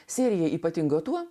sirijoje ypatinga tuo